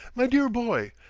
my dear boy,